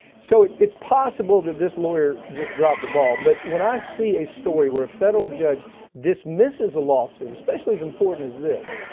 so it's possible that this lawyer just dropped the ball. but when i see a story where a federal judge dismisses a lawsuit, especially as important as this,